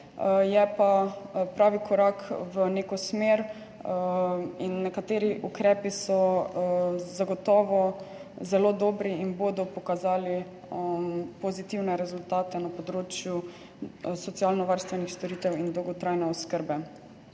je pa pravi korak v neko smer in nekateri ukrepi so zagotovo zelo dobri in bodo pokazali pozitivne rezultate na področju socialno varstvenih storitev in dolgotrajne oskrbe.